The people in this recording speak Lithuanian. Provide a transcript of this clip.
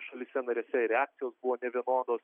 šalyse narėse reakcijos buvo nevienodos